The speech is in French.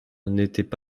n’étaient